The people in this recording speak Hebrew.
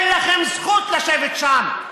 אין לכם זכות לשבת שם.